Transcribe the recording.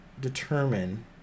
determine